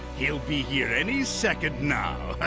he'll be here any second now.